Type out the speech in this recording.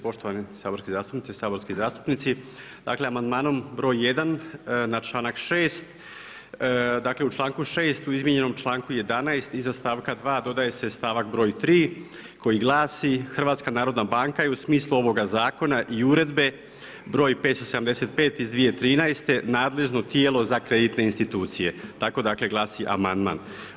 Poštovane saborske zastupnice i saborski zastupnici, dakle, amandmanom br. 1. na članak 6., dakle u članku 6. u izmenjenom čl. 11. iza stavka 2. dodaje se stavak broj 3., koji glasi HNB je u smislu ovoga zakona i uredbe broj 575 iz 2013. nadležno tijelo za kreditne institucije, tako dakle, glasi amandman.